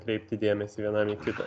kreipti dėmesį vienam į kitą